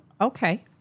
Okay